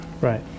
Right